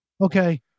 Okay